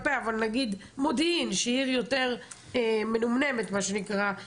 נמצא בערים המעורבות יותר מאשר בישובים